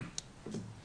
אני,